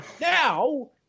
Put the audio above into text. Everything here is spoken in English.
now